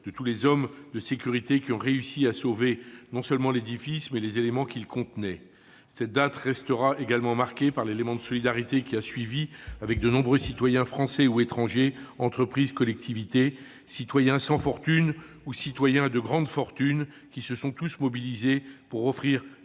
de tous les hommes de sécurité qui ont réussi à sauver non seulement l'édifice, mais les éléments qu'il contenait. Cette date restera également marquée par l'élan de solidarité qui a suivi, de nombreux Français ou étrangers, des entreprises, des collectivités, des citoyens sans fortune ou disposant au contraire d'une grande fortune s'étant mobilisés pour offrir